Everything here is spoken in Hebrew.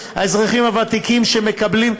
האזרחים הוותיקים שמקבלים.